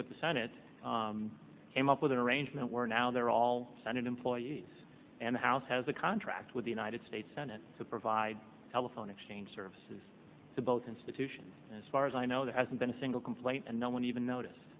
with the senate came up with an arrangement where now they're all senate employees and the house has a contract with the united states senate to provide telephone exchange services to both institutions and as far as i know there hasn't been a single complaint and no one even notice